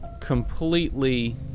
completely